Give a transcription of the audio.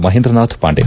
Mahendra Nath Pandey